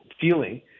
feeling